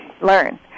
Learn